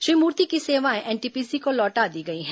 श्री मूर्ति की सेवाएं एनटीपीसी को लौटा दी गई हैं